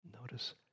Notice